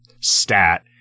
stat